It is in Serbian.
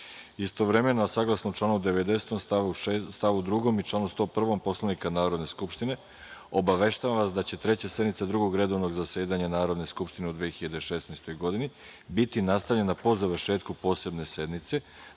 poslanika. Istovremeno, saglasno članu 90. stavu 2. i članu 101. Poslovnika Narodne skupštine, obaveštavam vas da će Treća sednica Drugog redovnog zasedanja Narodne skupštine u 2016. godini biti nastavljena po završetku posebne sednice,